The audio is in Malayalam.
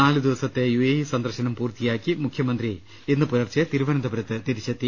നാലു ദിവസത്തെ യു എ ഇ സന്ദർശനം പൂർത്തിയാക്കി മുഖ്യമന്ത്രി ഇന്ന് പുലർച്ചെ തിരുവനന്തപുരത്ത് തിരിച്ചെത്തി